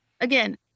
Again